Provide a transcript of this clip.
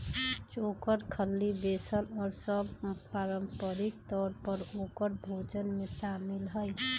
चोकर, खल्ली, बेसन और सब पारम्परिक तौर पर औकर भोजन में शामिल हई